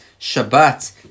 Shabbat